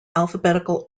alphabetical